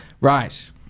Right